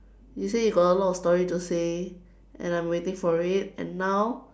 you say you got a lot of story to say and I'm waiting for it and now